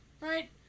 right